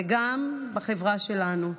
וגם בחברה שלנו.